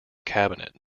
cabinet